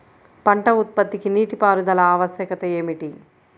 పంట ఉత్పత్తికి నీటిపారుదల ఆవశ్యకత ఏమిటీ?